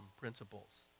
principles